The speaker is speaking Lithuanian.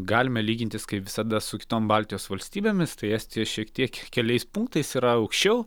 galime lygintis kaip visada su kitom baltijos valstybėmis tai estija šiek tiek keliais punktais yra aukščiau